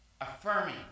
Affirming